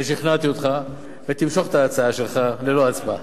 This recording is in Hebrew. ששכנעתי אותך, ותמשוך את ההצעה שלך ללא הצבעה.